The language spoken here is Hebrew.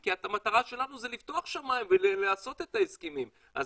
כי המטרה שלנו זה לפתוח את השמיים ולעשות את ההסכמים אז